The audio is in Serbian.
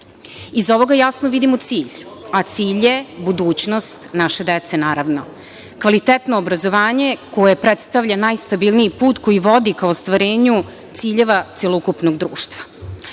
ovoga jasno vidimo cilj, a cilj je budućnost naše dece, naravno, kvalitetno obrazovanje, koje predstavlja najstabilniji put koji vodi ka ostvarenju ciljeva celokupnog